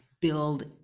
build